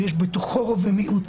ויש בתוכו רוב ומיעוט,